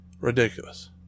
Ridiculous